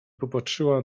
popatrzyła